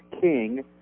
King